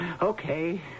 Okay